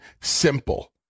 simple